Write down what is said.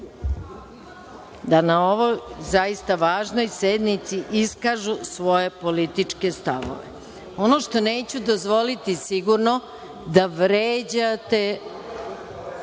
da na ovoj zaista važnoj sednici iskažu svoje političke stavove. Ono što neću dozvoliti sigurno je da vređate